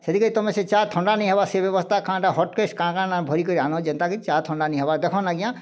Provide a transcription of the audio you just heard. ସେଥିର୍କେ ତମେ ସେ ଚା' ଥଣ୍ଡା ନାଇଁ ହେବା ସେ ବ୍ୟବସ୍ଥା କା'ଣା ଟା ହଟ୍କେସ୍ କା'ଣା କା'ଣା ଭରିକରି ଆନ ଯେନ୍ତା କି ଚାହା ଥଣ୍ଡା ନି ହେବା ଦେଖୁନ୍ ଆଜ୍ଞା